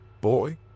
boy